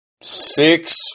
six